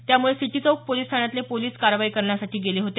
त्यामुळे सिटी चौक पोलिस ठाण्यातले पोलिस कारवाई करण्यासाठी गेले होते